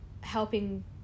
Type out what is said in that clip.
helping